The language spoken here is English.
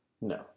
No